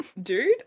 Dude